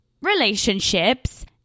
relationships